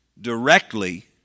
directly